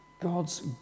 God's